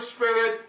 Spirit